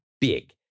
big